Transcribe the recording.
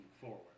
forward